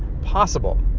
possible